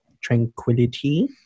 Tranquility